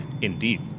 Indeed